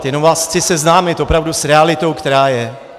Jenom vás chci seznámit opravdu s realitou, která je.